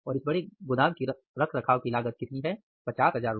और इस बड़े गोदाम की रखरखाव की लागत कितनी है ₹50000